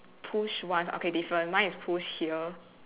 push once okay different mine is push here